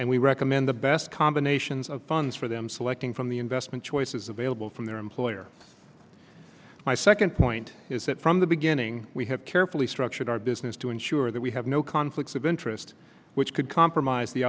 and we recommend the best combinations of funds for them selecting from the investment choices available from their employer my second point is that from the beginning we have carefully structured our business to ensure that we have no conflicts of interest which could compromise the